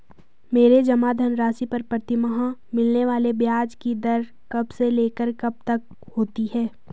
मेरे जमा धन राशि पर प्रतिमाह मिलने वाले ब्याज की दर कब से लेकर कब तक होती है?